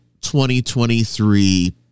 2023